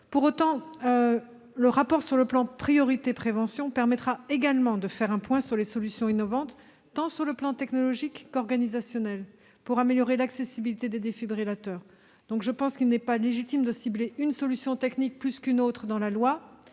Pour autant, le rapport sur le plan « priorité prévention » permettra également de faire un point sur les solutions innovantes, sur un plan tant technologique qu'organisationnel, pour améliorer l'accessibilité des défibrillateurs. Je pense qu'il n'est pas légitime de cibler une solution technique plus qu'une autre dans la loi,